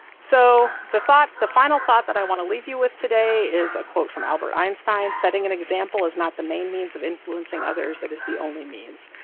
so the thought the final thought that i want to leave you with today is a quote from albert einstein setting an example is not the main means of influencing others, it is the only means,